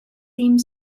theme